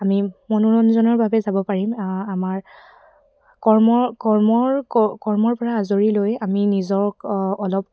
আমি মনোৰঞ্জনৰ বাবে যাব পাৰিম আমাৰ কৰ্ম কৰ্মৰ কৰ্মৰ পৰা আজৰি লৈ আমি নিজক অলপ